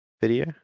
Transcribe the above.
video